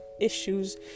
issues